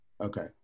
Okay